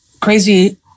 Crazy